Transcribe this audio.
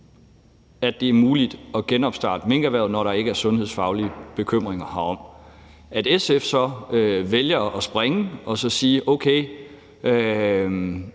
at det er muligt at genopstarte minkerhvervet, når der ikke er sundhedsfaglige bekymringer herom. Fordi SF så vælger at springe og sige, at